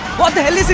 what the hell